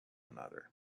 another